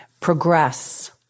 progress